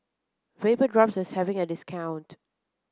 Vapodrops is having a discount